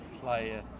player